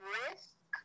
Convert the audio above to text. risk